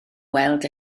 weld